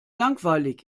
langweilig